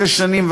שש שנים,